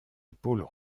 épaules